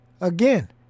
Again